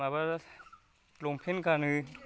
माबा लंपेन गानो